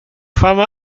fama